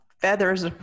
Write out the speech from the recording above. feathers